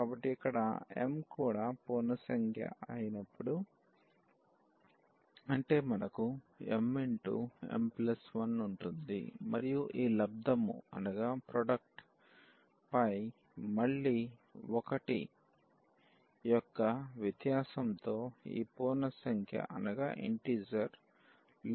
కాబట్టి ఇక్కడ m కూడా పూర్ణ సంఖ్య అయినప్పుడు అంటే మనకు mm1 ఉంటుంది మరియు ఈ లబ్ధము పై మళ్ళీ 1 యొక్క వ్యత్యాసంతో ఈ పూర్ణ సంఖ్య లు కనిపిస్తాయి